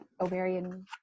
ovarian